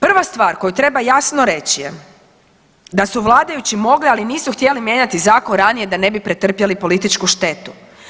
Prva stvar koju treba jasno reći je da su vladajući mogli, ali nisu htjeli mijenjati zakon ranije da ne bi pretrpjeli političku štetu.